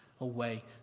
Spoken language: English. away